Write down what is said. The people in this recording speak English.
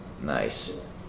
Nice